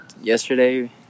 yesterday